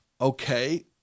okay